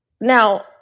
Now